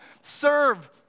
serve